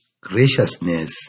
graciousness